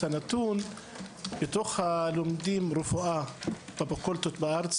לדעת את הנתון כמה מתוך הלומדים רפואה בפקולטות בארץ,